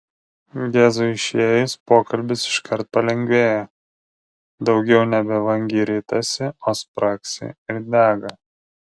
gezui išėjus pokalbis iškart palengvėja daugiau nebe vangiai ritasi o spragsi ir dega